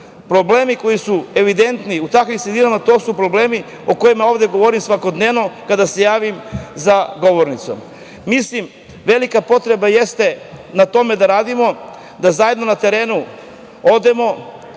sredina. Problemi koji su evidentni u takvim sredinama to su problemi o kojima ovde govorim svakodnevno kada se javim za govornicom. Velika potreba jeste na tome da radimo, da zajedno na teren odemo,